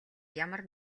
ямар